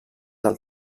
del